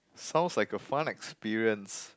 sounds like a fun experience